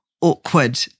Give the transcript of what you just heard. Awkward